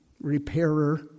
repairer